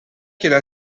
qu’elle